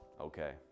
okay